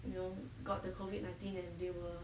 you know got the COVID nineteen and they were